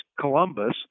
Columbus